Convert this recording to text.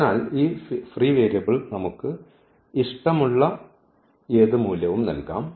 അതിനാൽ ഈ free variable നമുക്ക് ഇഷ്ടമുള്ള ഏത് മൂല്യവും നൽകാം